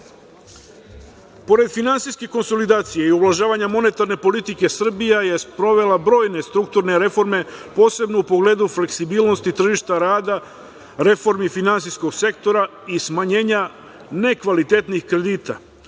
finansijskih konsolidacija i uvažavanja monetarne politike, Srbija je sprovela brojne strukturne reforme, posebno u pogledu fleksibilnosti tržišta rada, reformi finansijskog sektora i smanjenja nekvalitetnih kredita.